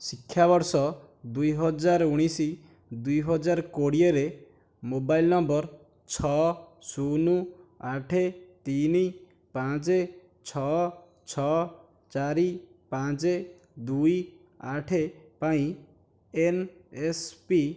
ଶିକ୍ଷାବର୍ଷ ଦୁଇହଜାର ଊଣାଇଶ ଦୁଇହଜାର କୋଡ଼ିଏରେ ମୋବାଇଲ୍ ନମ୍ବର ଛଅ ଶୂନ ଆଠ ତିନି ପାଞ୍ଚ ଛଅ ଛଅ ଚାରି ପାଞ୍ଚ ଦୁଇ ଆଠ ପାଇଁ ଏନ୍ ଏସ୍ ପି